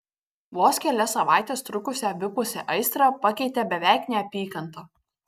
vos kelias savaites trukusią abipusę aistrą pakeitė beveik neapykanta